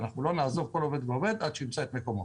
לא נעזוב אף עובד עד שהוא ימצא את מקומו.